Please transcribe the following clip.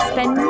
Spend